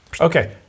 okay